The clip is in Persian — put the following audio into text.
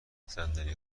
صندلی